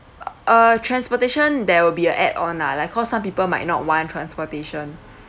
uh transportation there will be a add on lah like cause some people might not want transportation